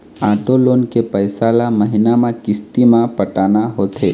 auto loan के पइसा ल महिना म किस्ती म पटाना होथे